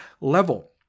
level